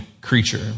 creature